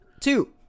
Two